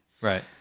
Right